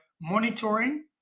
monitoring